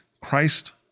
Christ